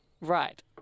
Right